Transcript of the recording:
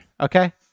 okay